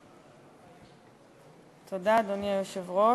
אדוני היושב-ראש,